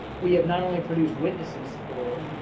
we have not only produced witnesses for